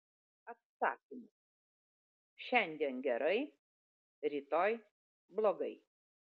atsakymas šiandien gerai rytoj blogai